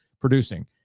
producing